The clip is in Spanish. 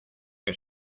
que